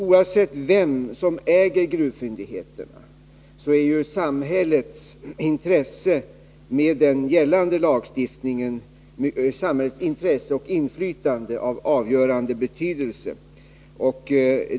Oavsett vem som äger gruvfyndigheterna är samhällets intresse och inflytande av avgörande betydelse, med den gällande lagstiftningen.